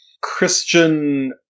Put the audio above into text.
Christian